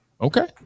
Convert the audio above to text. okay